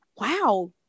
Wow